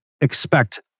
expect